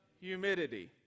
humidity